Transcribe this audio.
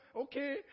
okay